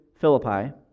Philippi